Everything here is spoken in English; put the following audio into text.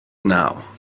now